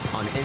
on